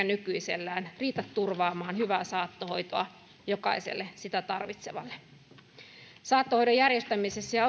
nykyisellään riitä turvaamaan hyvää saattohoitoa jokaiselle sitä tarvitsevalle saattohoidon järjestämisessä ja